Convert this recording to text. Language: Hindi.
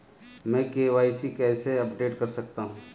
मैं के.वाई.सी कैसे अपडेट कर सकता हूं?